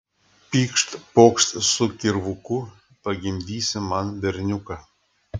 pykšt pokšt su kirvuku pagimdysi man berniuką